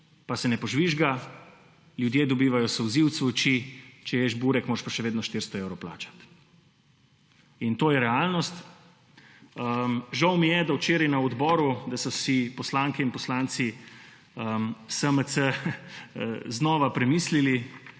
Pa se ne požvižga, ljudje dobivajo solzilec v oči, češ burek moraš pa še vedno 400 evrov plačati. In to je realnost. Žal mi je, da včeraj na odboru, da so si poslanke in poslanci SMC znova premislili,